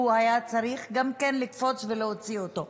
והוא היה צריך לקפוץ ולהוציא גם אותו.